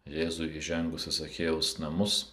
jėzui įžengus į zachiejaus namus